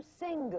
sing